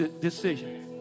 decision